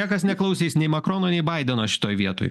niekas neklausys nei makrono nei baideno šitoj vietoj